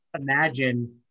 imagine